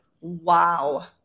Wow